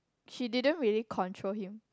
she didn't really control him